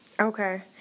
Okay